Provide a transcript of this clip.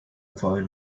phone